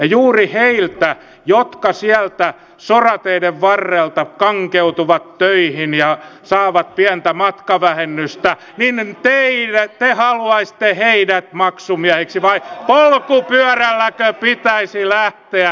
juuri heidät jotka sieltä sorateiden varrelta kankeutuvat töihin ja saavat pientä matkavähennystä te haluaisitte maksumiehiksi vai polkupyörälläkö pitäisi lähteä